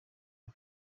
rwa